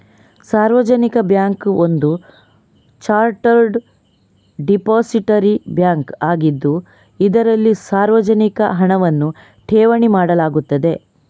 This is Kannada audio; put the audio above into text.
ಸಾರ್ವಜನಿಕ ಬ್ಯಾಂಕ್ ಒಂದು ಚಾರ್ಟರ್ಡ್ ಡಿಪಾಸಿಟರಿ ಬ್ಯಾಂಕ್ ಆಗಿದ್ದು, ಇದರಲ್ಲಿ ಸಾರ್ವಜನಿಕ ಹಣವನ್ನು ಠೇವಣಿ ಮಾಡಲಾಗುತ್ತದೆ